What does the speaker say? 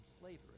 slavery